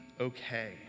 okay